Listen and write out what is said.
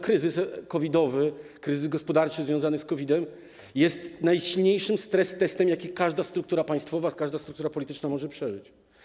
Kryzys COVID-owy, kryzys gospodarczy związany z COVID-em jest najsilniejszym stress testem, jaki każda struktura państwowa, każda struktura polityczna może przeżyć.